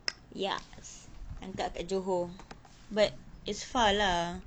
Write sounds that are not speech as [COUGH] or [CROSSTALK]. [NOISE] ya tangkak kat johor but it's far lah